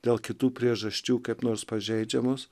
dėl kitų priežasčių kaip nors pažeidžiamus